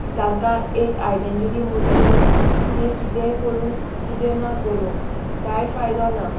तांकां एक आयडेंटिटी म्हणली ना तीं कितेंय करूंक किदं ना करूंक कांय फायदो ना